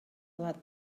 lot